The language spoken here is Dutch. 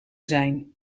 zijn